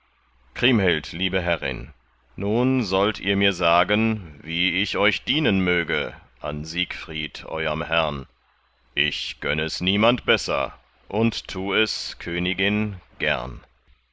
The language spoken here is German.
kriemhild liebe herrin nun sollt ihr mir sagen wie ich euch dienen möge an siegfried euerm herrn ich gönn es niemand besser und tu es königin gern